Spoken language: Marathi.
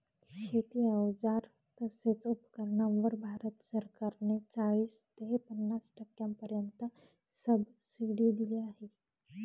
शेती अवजार तसेच उपकरणांवर भारत सरकार ने चाळीस ते पन्नास टक्क्यांपर्यंत सबसिडी दिली आहे